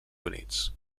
units